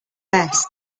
best